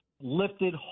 lifted